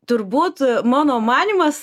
turbūt mano manymas